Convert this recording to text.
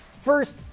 First